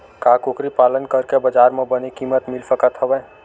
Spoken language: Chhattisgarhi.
का कुकरी पालन करके बजार म बने किमत मिल सकत हवय?